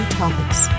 topics